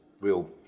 Real